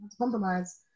compromise